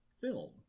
film